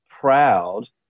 proud